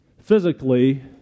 Physically